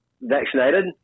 vaccinated